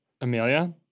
Amelia